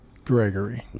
Gregory